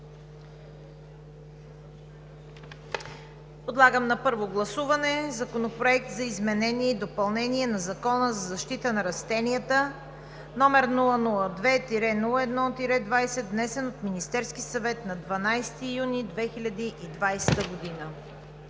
Подлагам на първо гласуване Законопроект за изменение и допълнение на Закона за защита на растенията, № 002-01-20, внесен от Министерския съвет на 12 юни 2020 г.